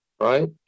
right